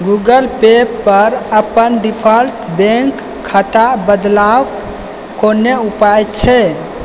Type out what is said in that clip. Google Pay पर अपन default bank खाता बदलबाक कोनो उपाय छै